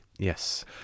Yes